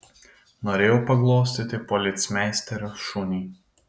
norėjau paglostyti policmeisterio šunį